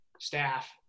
staff